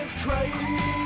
crazy